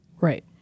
Right